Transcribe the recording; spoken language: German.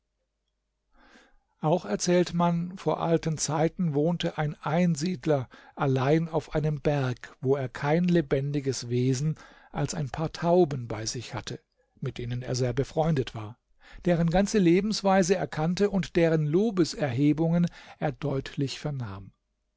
auch erzählt man vor alten zeiten wohnte ein einsiedler allein auf einem berg wo er kein lebendiges wesen als ein paar tauben bei sich hatte mit denen er sehr befreundet war deren ganze lebensweise er kannte und deren lobeserhebungen er deutlich vernahm